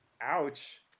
Ouch